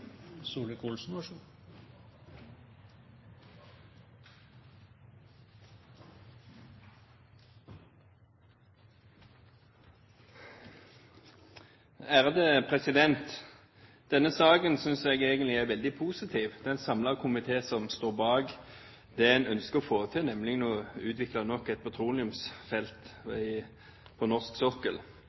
er en samlet komité som står bak det man ønsker å få til, nemlig å utvikle nok et petroleumsfelt på norsk sokkel.